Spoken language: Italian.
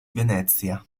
venezia